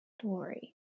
story